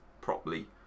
properly